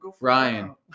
Ryan